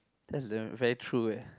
that's damn very true eh